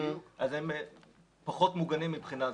אז הם פחות מוגנים מבחינה זו.